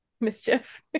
mischief